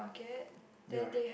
yeah